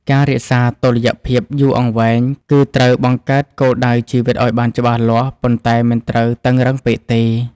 ការរក្សាតុល្យភាពយូរអង្វែង គឹត្រូវបង្កើតគោលដៅជីវិតឱ្យបានច្បាស់លាស់ ប៉ុន្តែមិនត្រូវតឹងរ៉ឹងពេកទេ។